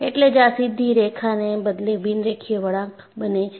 એટલે જ આ સીધી રેખાને બદલે બિન રેખીય વળાંક બને છે